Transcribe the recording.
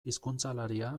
hizkuntzalaria